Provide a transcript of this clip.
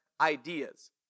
ideas